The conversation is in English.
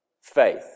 faith